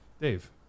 Dave